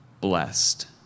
Blessed